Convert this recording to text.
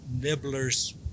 Nibblers